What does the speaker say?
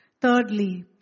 Thirdly